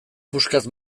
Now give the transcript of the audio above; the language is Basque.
puskaz